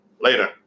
Later